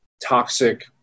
toxic